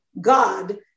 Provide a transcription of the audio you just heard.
God